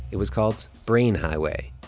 it was called brain highway.